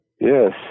Yes